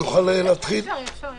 אפשר להתחיל?